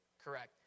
Correct